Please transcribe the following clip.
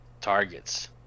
targets